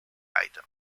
item